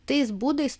tais būdais